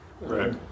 Right